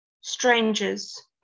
strangers